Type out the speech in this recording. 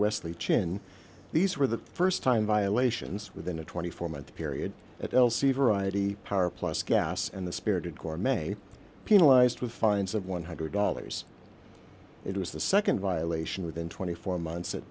wesley chin these were the st time violations within a twenty four month period at l c variety power plus gas and the spirit corps may penalized with fines of one hundred dollars it was the nd violation within twenty four months at